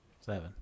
seven